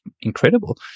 incredible